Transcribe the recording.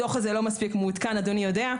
הדוח הזה לא מספיק מעודכן, אדוני יודע.